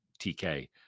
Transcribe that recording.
TK